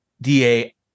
DA